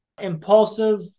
Impulsive